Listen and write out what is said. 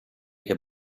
che